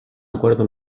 acuerdo